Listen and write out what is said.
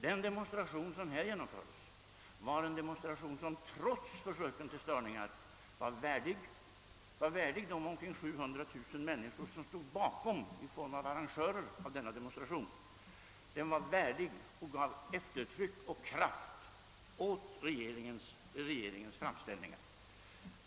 Den demonstration som här genomfördes var trots försöken till störningar värdig de omkring 700 000 människor som stod bakom den i form av arrangörer, och den gav eftertryck och kraft åt regeringens framställningar.